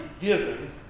given